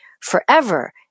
forever